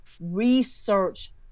Research